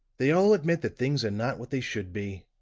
they all admit that things are not what they should be